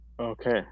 Okay